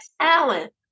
talent